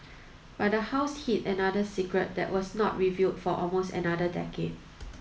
but the house hid another secret that was not revealed for almost another decade